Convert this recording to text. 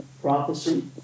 prophecy